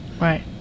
Right